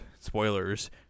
Spoilers